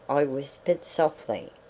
i whispered softly,